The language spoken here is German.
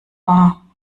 wahr